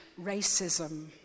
racism